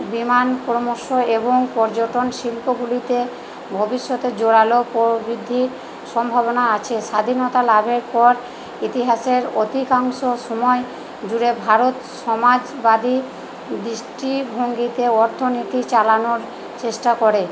বিমান পরামর্শ এবং পর্যটন শিল্পগুলিতে ভবিষ্যতে জোরালো প্রবৃদ্ধির সম্ভাবনা আছে স্বাধীনতা লাভের পর ইতিহাসের অধিকাংশ সময় জুড়ে ভারত সমাজবাদী দৃষ্টিভঙ্গিতে অর্থনীতি চালানোর চেষ্টা করে